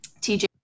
TJ